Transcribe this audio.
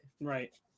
Right